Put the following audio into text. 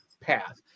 path